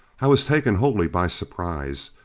was taken wholly by surprise.